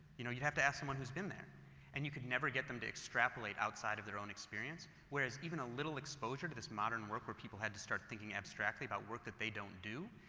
you know you'd have to ask someone who's been there and you could never get them to extrapolate outside of their own experience. whereas, even a little exposure to this modern work with where people had to start thinking abstractly about work that they don't do,